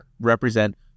represent